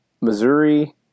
Missouri